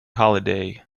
holiday